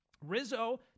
Rizzo